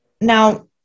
Now